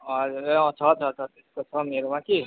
हजुर ए अँ छ छ छ त्यस्को छ मेरोमा कि